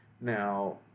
Now